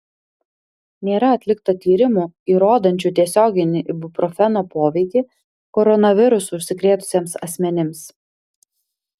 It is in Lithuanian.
nėra atlikta tyrimų įrodančių tiesioginį ibuprofeno poveikį koronavirusu užsikrėtusiems asmenims